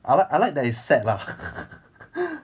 I like I like that it's sad lah